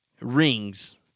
rings